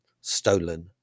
stolen